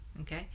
Okay